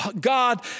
God